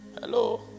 Hello